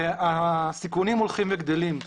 והסיכונים הולכים וגדלים.